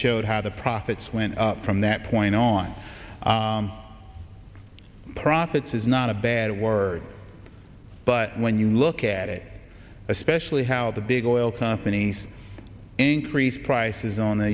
showed how the profits went up from that point on profits is not a bad word but when you look at it especially how the big oil companies increase prices on the